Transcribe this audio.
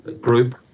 group